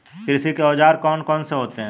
कृषि के औजार कौन कौन से होते हैं?